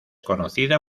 conocida